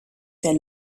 der